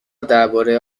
درباره